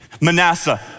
Manasseh